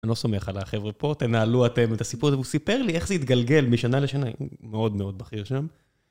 אני לא סומך על החבר'ה פה, תנהלו אתם את הסיפור הזה. הוא סיפר לי איך זה התגלגל משנה לשנה. הוא מאוד מאוד בכיר שם.